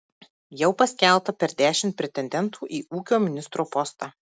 jau paskelbta per dešimt pretendentų į ūkio ministro postą